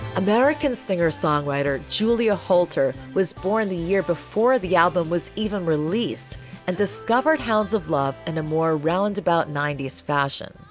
american singer songwriter julia holter was born the year before the album was even released and discovered howls of love in a more round about ninety s fashion.